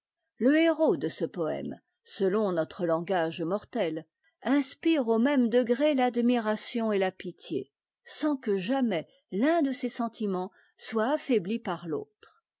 le héros de ce poëme selon notre langagemortel inspire au même degré l'admiration et la pitié sans que jamais l'un de ces sentiments soit affaibli par l'autre